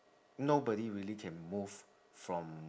nobody really can move from